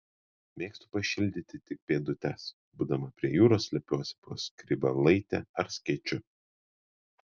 mėgstu pašildyti tik pėdutes būdama prie jūros slepiuosi po skrybėlaite ar skėčiu